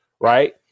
right